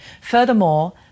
Furthermore